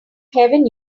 heaven